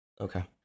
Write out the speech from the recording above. Okay